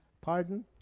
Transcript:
pardon